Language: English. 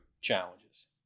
challenges